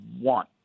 one